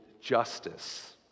justice